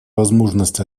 возможность